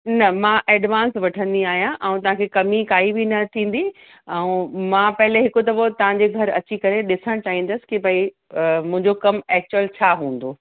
न मां एडवांस वठंदी आहियां ऐं तव्हांखे कमी काई बि न थींदी ऐं मां पहिरीं हिकु दफ़ो तव्हांजे घरु अची करे ॾिसणु चाईंदसि के भई मुंहींजो कमु एक्चुअल छा हूंदो